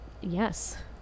Yes